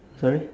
sorry